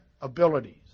abilities